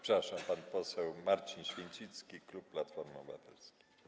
Przepraszam, pan poseł Marcin Święcicki, klub Platforma Obywatelska.